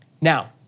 Now